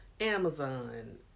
Amazon